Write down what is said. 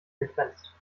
begrenzt